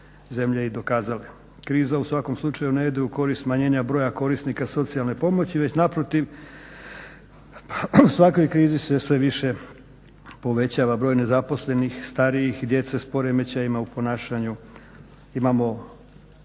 zemlje i dokazale. Kriza u svakom slučaju ne ide u korist smanjenja broja korisnika socijalne pomoći već naprotiv u svakoj krizi se sve više povećava broj nezaposlenih, starijih i djece s poremećajima u ponašanju.